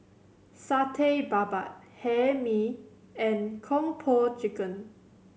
Satay Babat Hae Mee and Kung Po Chicken